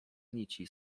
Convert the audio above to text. nici